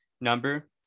number